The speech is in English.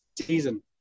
season